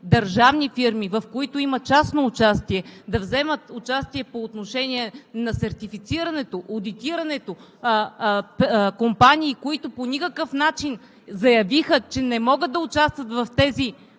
държавни фирми, в които има частно участие, да вземат участие по отношение на сертифицирането, одитирането, компании, които заявиха, че по никакъв начин не могат да участват в тези